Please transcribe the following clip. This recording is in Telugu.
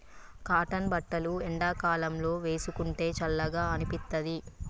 కాటన్ బట్టలు ఎండాకాలం లో వేసుకుంటే చల్లగా అనిపిత్తది